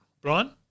Brian